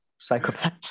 psychopath